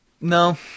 no